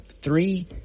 three